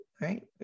right